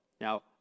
Now